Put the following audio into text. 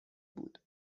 بود